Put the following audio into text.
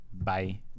Bye